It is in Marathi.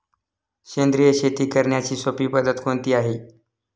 सेंद्रिय शेती करण्याची सोपी पद्धत कोणती आहे का?